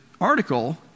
article